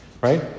right